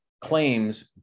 claims